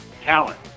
talent